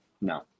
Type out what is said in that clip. no